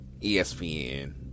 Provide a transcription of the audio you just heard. ESPN